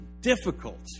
difficult